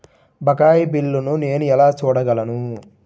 బకాయి బిల్లును నేను ఎలా చూడగలను?